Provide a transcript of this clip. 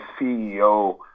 CEO